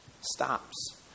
stops